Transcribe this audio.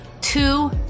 two